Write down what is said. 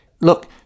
Look